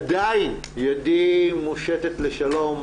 עדיין ידי מושטת לשלום,